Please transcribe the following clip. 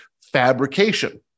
fabrication